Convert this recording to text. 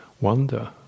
wonder